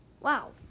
Wow